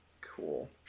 cool